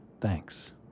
thanks